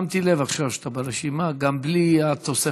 שמתי לב עכשיו שאתה ברשימה גם בלי התוספת.